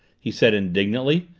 he said indignantly.